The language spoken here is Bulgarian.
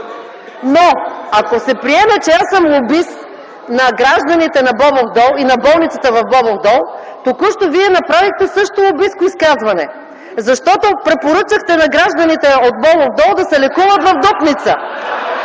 т.н. Ако се приеме, че аз съм лобист на гражданите на Бобов дол и на болницата в Бобов дол, току-що Вие направихте също лобистко изказване. Защото, препоръчахте на гражданите от Бобов дол да се лекуват в Дупница.